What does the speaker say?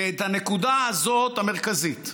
את הנקודה המרכזית הזאת,